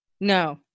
No